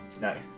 Nice